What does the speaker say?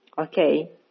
okay